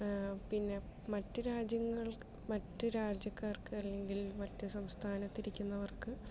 പിന്നെ മറ്റു രാജ്യങ്ങൾ മറ്റു രാജ്യക്കാർക്ക് അല്ലെങ്കിൽ മറ്റു സംസ്ഥാനത്തിരിക്കുന്നവർക്ക്